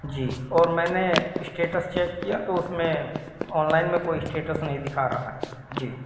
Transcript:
جی اور میں نے اسٹیٹس چیک کیا تو اس میں آن لائن میں کوئی اسٹیٹس نہیں دکھا رہا ہے جی